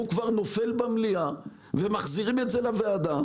והוא כבר נופל במליאה ומחזירים את זה לוועדה,